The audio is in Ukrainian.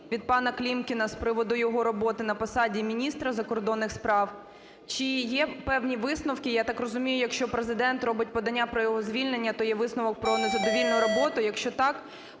від пана Клімкіна з приводу його роботи на посаді міністра закордонних справ? Чи є певні висновки? Я так розумію, якщо Президент робить подання про його звільнення, то є висновок про незадовільну роботу. Якщо так,